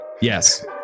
Yes